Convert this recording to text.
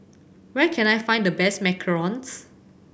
where can I find the best macarons